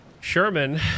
Sherman